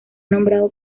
nombrado